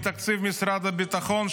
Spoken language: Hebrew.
מתקציב משרד הביטחון,